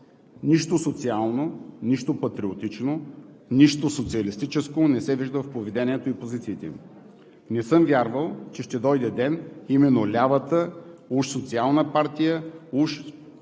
Нищо социално, нищо патриотично, нищо социалистическо не се вижда в поведението и позициите им. Не съм вярвал, че ще дойде ден именно лявата, уж социална партия –